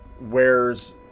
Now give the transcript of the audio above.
wears